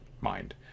mind